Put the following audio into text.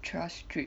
Tras street